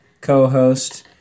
co-host